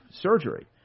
surgery